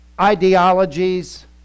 ideologies